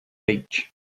beach